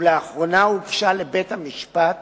ולאחרונה הוגשה לבית-המשפט